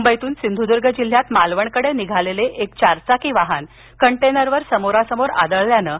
मुंबईतून सिंधुद्र्ग जिल्ह्यात मालवणकडे निघालेळे एक चारचाकी वाहन कंटेनरवर समोरासमोर आदळल्यानं हा अपघात झाला